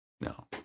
No